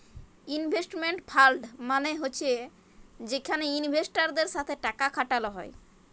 investment fund মালে হছে যেখালে ইলভেস্টারদের সাথে টাকা খাটাল হ্যয়